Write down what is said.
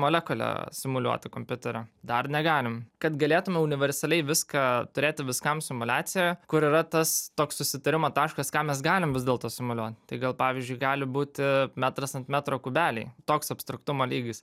molekulę simuliuoti kompiuteriu dar negalim kad galėtume universaliai viską turėti viskam simuliaciją kur yra tas toks susitarimo taškas ką mes galim vis dėlto simuliuot tai gal pavyzdžiui gali būti metras ant metro kubeliai toks abstraktumo lygis